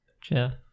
Jeff